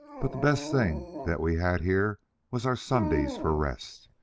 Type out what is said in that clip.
but the best thing that we had here was our sundays for rest!